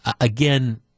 again